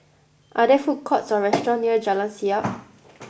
are there food courts or restaurants near Jalan Siap